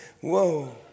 Whoa